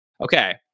Okay